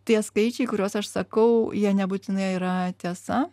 tie skaičiai kuriuos aš sakau jie nebūtinai yra tiesa